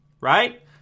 right